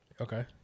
Okay